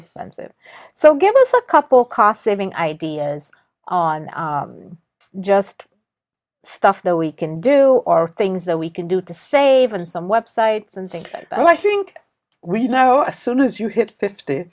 expensive so give us a couple cost saving ideas on just stuff that we can do or things that we can do to save him some websites and things and i think we know as soon as you hit fifty